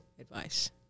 advice